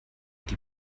die